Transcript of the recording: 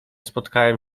spotkałam